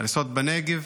הריסות בנגב,